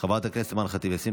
חברת הכנסת אימאן ח'טיב יאסין,